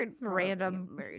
random